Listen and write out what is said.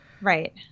Right